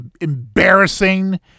embarrassing